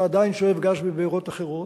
אתה עדיין שואב גז מבארות אחרות.